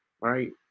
right